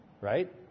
right